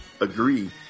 agree